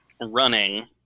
running